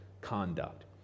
conduct